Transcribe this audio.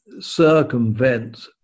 circumvent